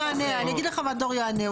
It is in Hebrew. אני אגיד לך מה דור יענה.